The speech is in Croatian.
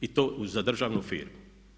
I to za državnu firmu.